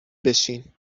بشین